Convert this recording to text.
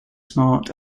smart